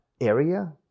area